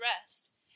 rest